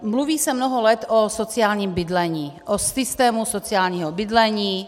Mluví se mnoho let o sociálním bydlení, o systému sociálního bydlení.